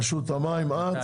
רשות המים את,